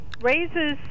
raises